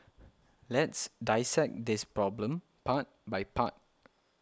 let's dissect this problem part by part